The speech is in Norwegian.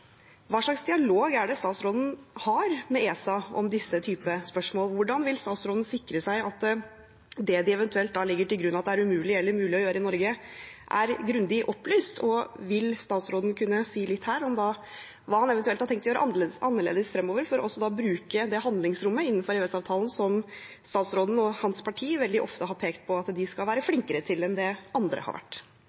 det statsråden har med ESA om denne type spørsmål? Hvordan vil statsråden sikre seg at det de eventuelt legger til grunn at er umulig eller mulig å gjøre i Norge, er grundig opplyst? Vil statsråden kunne si litt om hva han eventuelt har tenkt å gjøre annerledes framover for å bruke det handlingsrommet innenfor EØS-avtalen, som statsråden og hans parti veldig ofte har pekt på at de skal være flinkere til enn det andre har vært?